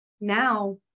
now